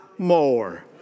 More